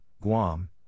Guam